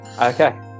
Okay